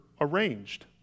arranged